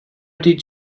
did